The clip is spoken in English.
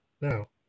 now